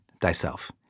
thyself